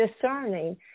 discerning